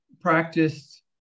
practiced